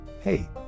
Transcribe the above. Hey